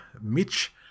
Mitch